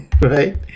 right